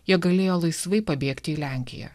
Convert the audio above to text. jie galėjo laisvai pabėgti į lenkiją